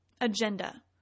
agenda